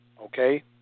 Okay